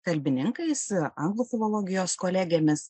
kalbininkais anglų filologijos kolegėmis